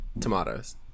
tomatoes